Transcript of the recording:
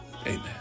Amen